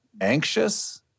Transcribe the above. anxious